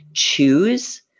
choose